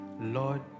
Lord